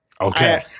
Okay